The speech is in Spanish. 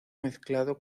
mezclado